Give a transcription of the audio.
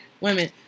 women